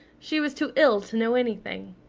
she was too ill to know anything.